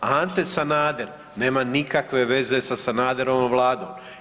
Ante Sanader nema nikakve veze sa Sanaderovom vladom.